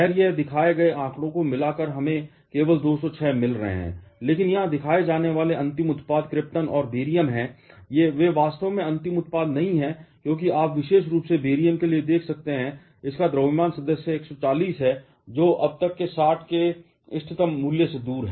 खैर यहां दिखाए गए आंकड़े को मिलाकर हमें केवल 206 मिल रहे हैं लेकिन यहां दिखाए जाने वाले अंतिम उत्पाद क्रिप्टन और बेरियम हैं वे वास्तव में अंतिम उत्पाद नहीं हैं क्योंकि आप विशेष रूप से बेरियम के लिए देख सकते हैं इसका द्रव्यमान सदस्य 140 है जो अब तक है 60 के इस इष्टतम मूल्य से दूर